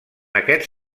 aquests